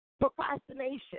Procrastination